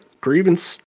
Grievance